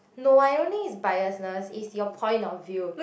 no I don't think is biasness is your point of view